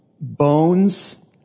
bones